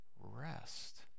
rest